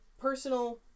personal